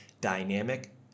dynamic